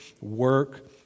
work